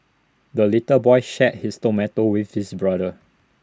the little boy shared his tomato with his brother